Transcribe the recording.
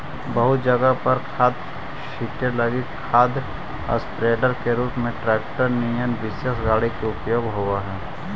बहुत जगह पर खाद छीटे लगी खाद स्प्रेडर के रूप में ट्रेक्टर निअन विशेष गाड़ी के उपयोग होव हई